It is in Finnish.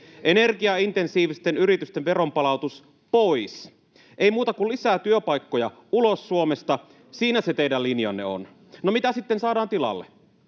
Energiaintensiivisten yritysten veronpalautus pois. Ei muuta kuin lisää työpaikkoja ulos Suomesta — siinä se teidän linjanne on. No, mitä sitten saadaan tilalle?